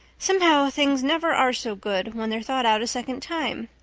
somehow, things never are so good when they're thought out a second time.